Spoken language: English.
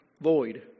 void